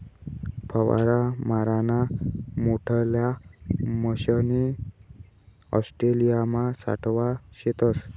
फवारा माराना मोठल्ला मशने ऑस्ट्रेलियामा सावठा शेतस